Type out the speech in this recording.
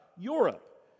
Europe